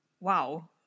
Wow